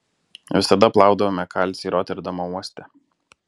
visada plaudavome kalcį roterdamo uoste